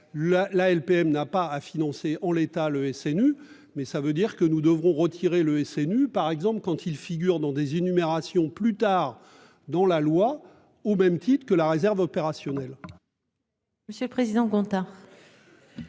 la LPM n'a pas à financer en l'état le SNU. Mais ça veut dire que nous devrons retirer le SNU par exemple quand il figure dans des énumérations plus tard dans la loi, au même titre que la réserve opérationnelle. Monsieur le président. Non.